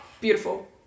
beautiful